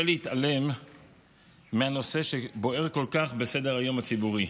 להתעלם מנושא שבוער כל כך בסדר-היום הציבורי.